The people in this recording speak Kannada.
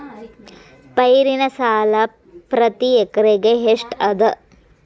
ಪೈರಿನ ಸಾಲಾ ಪ್ರತಿ ಎಕರೆಗೆ ಎಷ್ಟ ಅದ?